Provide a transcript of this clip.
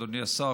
אדוני השר,